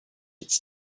its